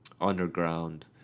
underground